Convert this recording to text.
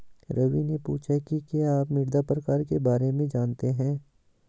रवि ने पूछा कि क्या आप मृदा प्रकार के बारे में जानते है?